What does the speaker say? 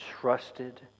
trusted